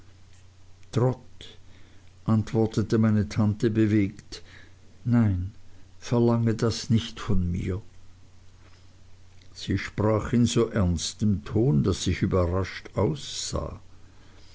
trot antwortete meine tante bewegt nein verlange das nicht von mir sie sprach in so ernstem ton daß ich überrascht aufsah